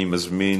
אני מזמין